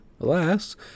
alas